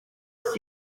first